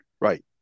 Right